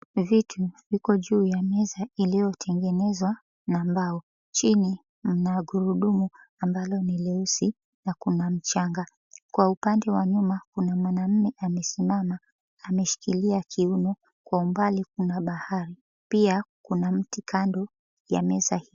Vitu viko juu ya meza iliyotengenezwa na mbao. Chini mna gurudumu ambalo ni leusi na kuna mchanga. Kwa upande wa nyuma kuna mwanaume amesimama ameshikilia kiuno. Kwa umbali kuna bahari pia kuna mti kando ya meza hii.